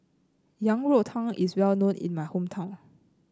Yang Rou Tang is well known in my hometown